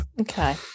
Okay